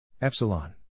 epsilon